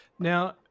Now